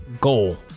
goal